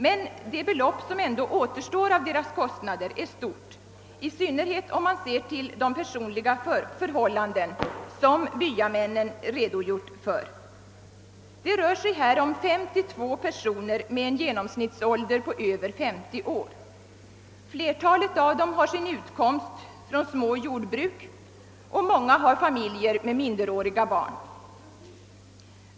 Men det belopp som ändå återstår av deras kostnader är stort, i synnerhet om man ser till de personliga förhållanden som byamännen redogjort för. Det rör sig om 92 personer med en genomsnittsålder på över 50 år. Flertalet av dem har sin utkomst från små jordbruk, och många har familjer med minderåriga barn.